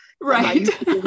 right